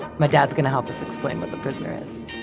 my dad's gonna help us explain what the prisoner is.